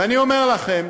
ואני אומר לכם,